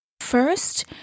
First